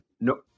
no